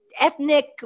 ethnic